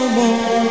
more